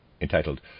entitled